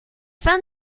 fue